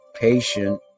patient